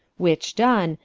which done,